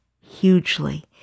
hugely